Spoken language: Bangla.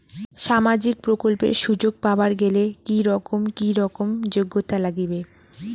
সামাজিক প্রকল্পের সুযোগ পাবার গেলে কি রকম কি রকম যোগ্যতা লাগিবে?